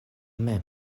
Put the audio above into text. mem